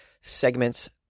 segments